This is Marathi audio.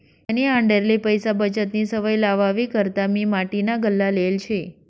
मनी आंडेरले पैसा बचतनी सवय लावावी करता मी माटीना गल्ला लेयेल शे